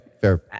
fair